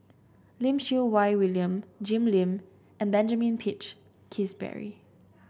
Lim Siew Wai William Jim Lim and Benjamin Peach Keasberry